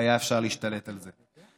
והיה אפשר להשתלט על זה.